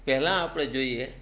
પહેલા આપણે જોઈએ